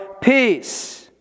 Peace